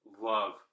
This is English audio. love